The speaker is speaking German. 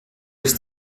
ist